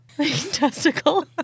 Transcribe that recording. Testicle